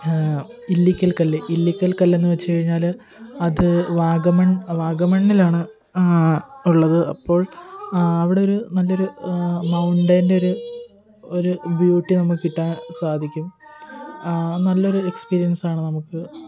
ഇല്ലിക്കൽ കല്ല് ഇല്ലിക്കൽ കല്ല് എന്ന് വെച്ച് കഴിഞ്ഞാല് അത് വാഗമൺ വാഗമണ്ണിലാണ് ഉള്ളത് അപ്പോൾ അവിടെ ഒരു നല്ലൊരു മൌണ്ടയിന്റെ ഒരു ഒരു ബ്യൂട്ടി നമുക്ക് കിട്ടാൻ സാധിക്കും നല്ലൊരു എക്സ്പീരിയൻസാണ് നമുക്ക്